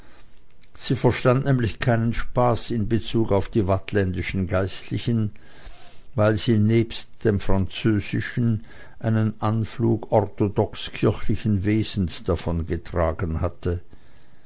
sie verstand nämlich keinen spaß in bezug auf die waadtländischen geistlichen weil sie nebst dem französischen einen anflug orthodox kirchlichen wesens davongetragen hatte